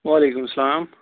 وعلیکُم سلام